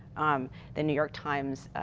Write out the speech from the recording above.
um and new york times,